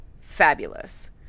fabulous